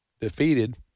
defeated